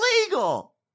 illegal